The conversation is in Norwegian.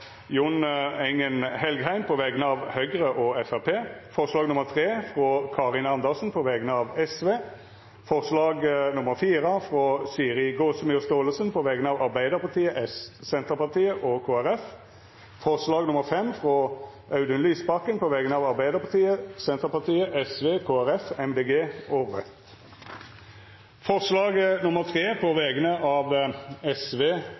Jon Engen-Helgheim på vegner av Høgre og Framstegspartiet forslag nr. 3, frå Karin Andersen på vegner av Sosialistisk Venstreparti forslag nr. 4, frå Siri Gåsemyr Staalesen på vegner av Arbeidarpartiet, Senterpartiet og Kristeleg Folkeparti forslag nr. 5, frå Audun Lysbakken på vegner av Arbeidarpartiet, Senterpartiet, Sosialistisk Venstreparti, Kristeleg Folkeparti, Miljøpartiet Dei Grøne og Raudt Det vert votert over forslag nr. 3, frå Sosialistisk Venstreparti. Forslaget